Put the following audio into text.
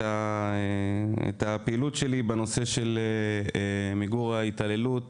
אתה מכיר את הפעילות שלי בנושא מיגור ההתעללות